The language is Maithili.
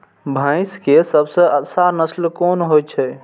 भैंस के सबसे अच्छा नस्ल कोन होय छे?